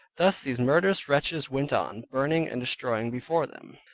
thus these murderous wretches went on, burning, and destroying before them.